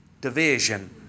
division